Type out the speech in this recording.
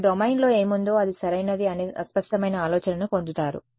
మీరు డొమైన్లో ఏముందో అది సరైనది అనే అస్పష్టమైన ఆలోచనను పొందుతారు